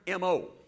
mo